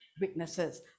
witnesses